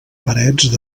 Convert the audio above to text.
parets